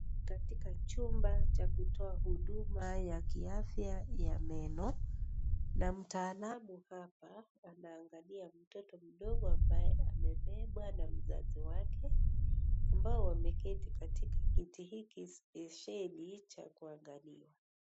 Katika chumba cha kutoa huduma ya kiafya ya meno, na mtaalamu hapa, anaangalia mtoto mdogo ambaye amebebwa na mzazi wake, ambao wameketi katika kiti hiki spesheli cha kuangaliwa.